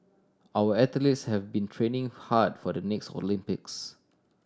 our athletes have been training hard for the next Olympics